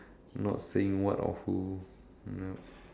not saying what awful nope